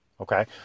Okay